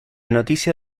noticia